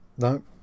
No